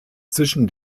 zwischen